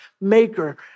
maker